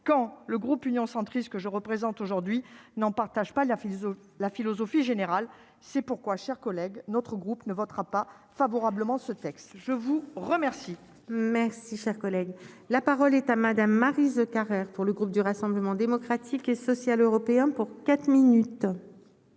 quand le groupe Union centriste que je représente, aujourd'hui, n'en partage pas la philosophie, la philosophie générale, c'est pourquoi, chers collègues, notre groupe ne votera pas favorablement ce texte, je vous remercie. Merci, cher collègue, la parole est à Madame Maryse Carrère pour le groupe du Rassemblement démocratique et social européen pour 4 minutes.